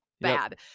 bad